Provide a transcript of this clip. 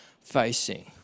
facing